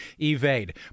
evade